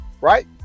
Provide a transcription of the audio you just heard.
right